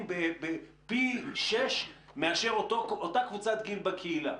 פי שישה מאשר אותה קבוצת גיל בקהילה.